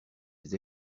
les